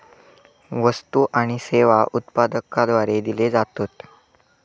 वस्तु आणि सेवा उत्पादकाद्वारे दिले जातत